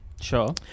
Sure